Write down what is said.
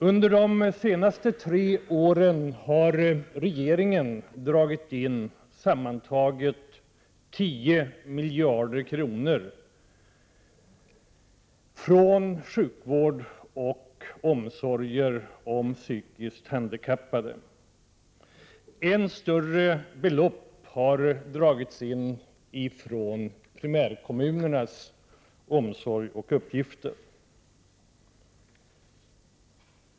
Under de senaste tre åren har regeringen dragit in sammantaget 10 miljarder kronor från sjukvården och omsorgen beträffande psykiskt handikappade. Än större belopp har dragits in när det gäller primärkommunernas omsorg och uppgifter.